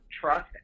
trust